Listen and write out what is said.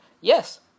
yes